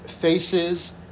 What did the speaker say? faces